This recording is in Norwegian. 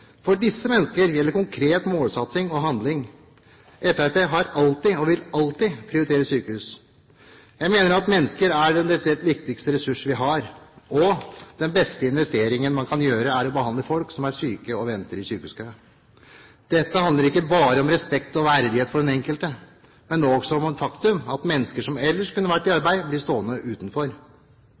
For disse mennesker gjelder konkret målsatsing og handling. Fremskrittspartiet har alltid prioritert og vil alltid prioritere sykehus. Jeg mener at mennesker er den desidert viktigste ressurs vi har. Den beste investeringen man kan gjøre, er å behandle folk som er syke og venter i sykehuskø. Dette handler ikke bare om respekt og verdighet for den enkelte, men også om det faktum at mennesker som ellers kunne ha vært i arbeid, blir stående utenfor.